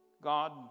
God